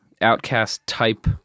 outcast-type